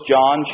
John